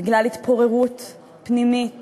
בגלל התפוררות פנימית